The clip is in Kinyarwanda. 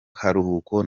karuhuko